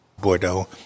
Bordeaux